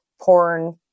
porn